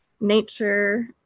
nature